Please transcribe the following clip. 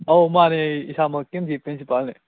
ꯑꯧ ꯃꯥꯅꯦ ꯏꯁꯥꯃꯛ ꯀꯦ ꯑꯦꯝ ꯁꯤꯒꯤ ꯄ꯭ꯔꯤꯟꯁꯤꯄꯥꯜꯅꯦ